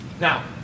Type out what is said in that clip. Now